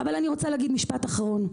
אבל אני רוצה להגיד משפט אחרון.